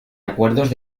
acuerdos